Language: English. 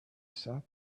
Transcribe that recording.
sat